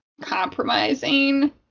compromising